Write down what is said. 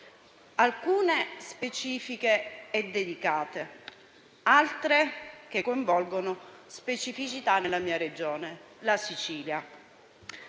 alcune specifiche e dedicate, altre che coinvolgono specificità nella mia Regione, la Sicilia.